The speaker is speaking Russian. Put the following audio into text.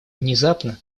внезапно